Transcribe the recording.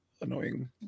annoying